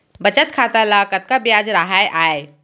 बचत खाता ल कतका ब्याज राहय आय?